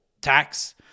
tax